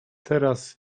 teraz